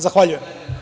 Zahvaljujem.